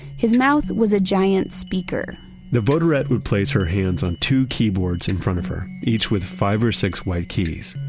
his mouth was a giant speaker the voderette would place her hands on two keyboards in front of her each with five or six white keys.